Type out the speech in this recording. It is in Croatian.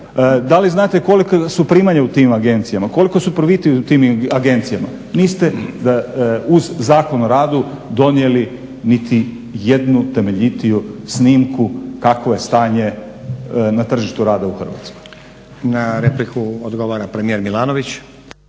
Da li znate kolika su primanja u tim agencijama, koliko su profiti u tim agencijama? Niste uz Zakon o radu donijeli nitijednu temeljitiju snimku kakvo je stanje na tržištu rada u Hrvatskoj. **Stazić, Nenad (SDP)** Na repliku odgovara premijer Milanović.